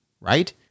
right